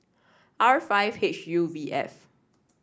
R five H U V F